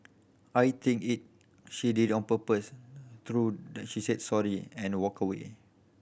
I think he she did on purpose through she said sorry and walked away